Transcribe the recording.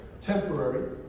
temporary